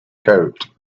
coat